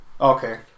Okay